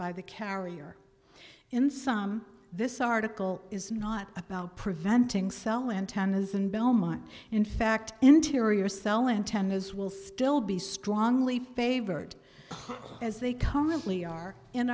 by the carrier in some this article is not about preventing cell antennas and belmont in fact interior cell antennas will still be strongly favored as they constantly are in